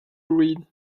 read